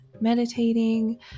meditating